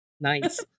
Nice